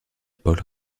paul